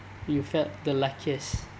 you felt the luckiest